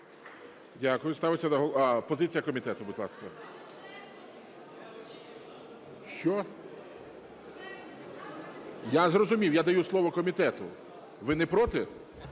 на… Позиція комітету, будь ласка. Що? Я зрозумів, я даю слово комітету, ви не проти?